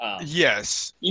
Yes